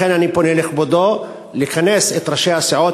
לכן אני פונה לכבודו לכנס את ראשי הסיעות